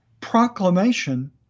proclamation